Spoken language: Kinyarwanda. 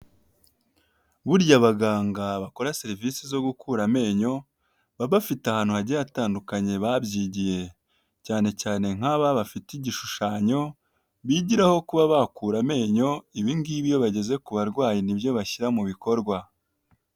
Burya abaganga bakora serivisi zo gukura amenyo baba bafite ahantu hagiye hatandukanye babyigiye, cyane cyane nk'aba bafite igishushanyo bigiraho kuba bakura amenyo ibingibi iyo bageze ku barwayi nibyo bashyira mu bikorwa.